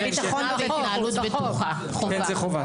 כן, זה חובה.